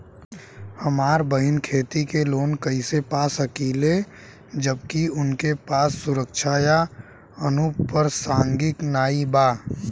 हमार बहिन खेती के लोन कईसे पा सकेली जबकि उनके पास सुरक्षा या अनुपरसांगिक नाई बा?